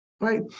right